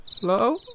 Hello